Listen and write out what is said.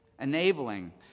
enabling